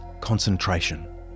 concentration